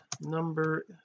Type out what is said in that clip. number